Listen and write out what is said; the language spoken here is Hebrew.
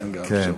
כן, גם אפשרות.